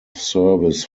service